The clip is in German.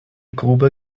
grube